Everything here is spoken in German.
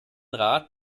rat